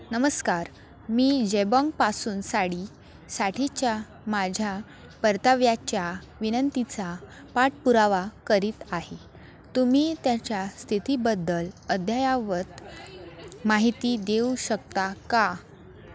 नमस्कार मी जेबाँगपासून साडीसाठीच्या माझ्या परताव्याच्या विनंतीचा पाठपुरावा करीत आहे तुम्ही त्याच्या स्थितीबद्दल अद्ययावत माहिती देऊ शकता का